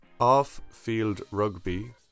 offfieldrugby